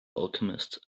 alchemist